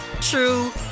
true